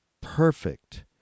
perfect